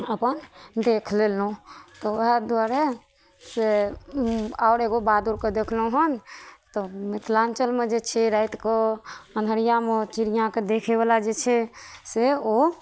अपन देख लेलहुॅं तऽ वएह दुआरे से आओर एगो बादुरके देखलहुॅं हन तऽ मिथिलांचलमे जे छै राति कऽ अन्हरियामे चिड़ियाके देखै बला जे छै से ओ